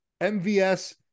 MVS